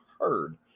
heard